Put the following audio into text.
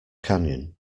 canyon